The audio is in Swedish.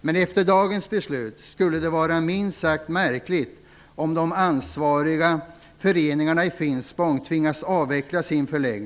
Men efter dagens beslut skulle det vara minst sagt märkligt om de ansvariga föreningarna i Finspång tvingades avveckla sin förläggning.